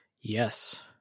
Yes